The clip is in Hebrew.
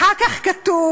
אחר כך כתוב,